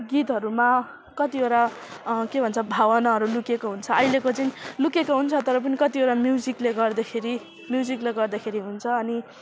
गीतहरूमा कतिवटा के भन्छ भावनाहरू लुकेको हुन्छ अहिलेको चाहिँ लुकेको हुन्छ तर पनि कतिवटा म्युजिकले गर्दाखेरि म्युजिकले गर्दाखेरि हुन्छ अनि